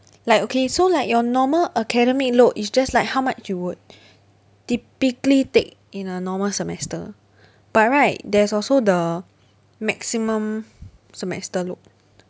like okay so like your normal academic load is just like how much you would typically take in a normal semester but right there's also the maximum semester load